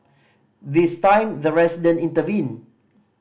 this time the resident intervened